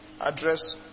address